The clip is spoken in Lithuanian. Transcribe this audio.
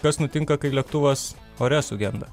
kas nutinka kai lėktuvas ore sugenda